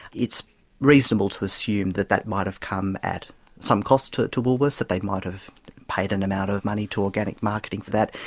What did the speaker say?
it's reasonable to assume that that might have come at some cost to to woolworths, that they might have paid an amount of money to organic marketing for that.